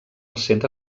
centre